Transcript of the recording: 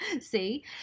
See